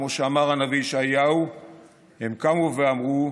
וכמו שאמר הנביא ישעיהו הם קמו ואמרו: